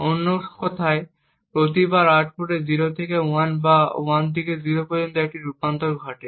অন্য কথায় প্রতিবার আউটপুটে 0 থেকে 1 বা 1 থেকে 0 পর্যন্ত একটি রূপান্তর ঘটে